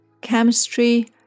chemistry